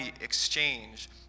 exchange